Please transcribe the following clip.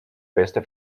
beste